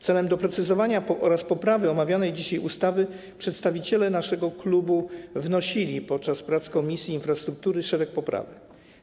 Celem doprecyzowania oraz poprawy omawianej dzisiaj ustawy przedstawiciele naszego klubu wnosili podczas prac Komisji Infrastruktury szereg poprawek.